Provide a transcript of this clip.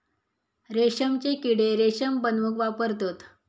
रेशमचे किडे रेशम बनवूक वापरतत